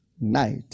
night